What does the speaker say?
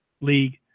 league